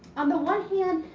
on the one hand,